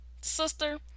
sister